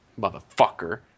Motherfucker